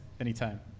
anytime